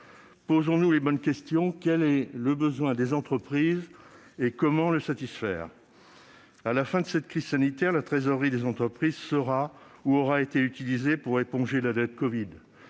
Posons-nous les bonnes questions : quel est le besoin des entreprises et comment le satisfaire ? À la fin de cette crise sanitaire, la trésorerie des entreprises sera, ou aura été utilisée pour éponger la dette covid.